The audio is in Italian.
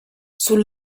sul